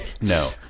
No